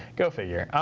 go figure.